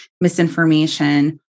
misinformation